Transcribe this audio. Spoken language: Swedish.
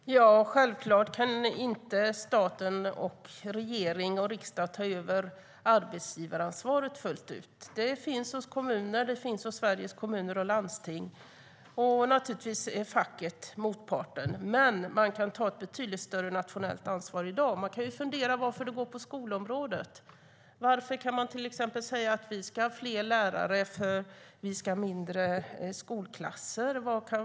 Herr talman! Självklart kan inte stat, regering och riksdag ta över arbetsgivaransvaret fullt ut. Det finns hos kommunerna och Sveriges Kommuner och Landsting. Motparten är naturligtvis facket. Man kan dock ta ett betydligt större nationellt ansvar i dag. Man kan fundera över varför det går på skolområdet. Varför kan man till exempel säga att vi ska ha fler lärare och mindre skolklasser?